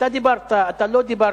אתה דיברת, אתה לא דיברת.